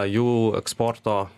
jų eksporto